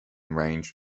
range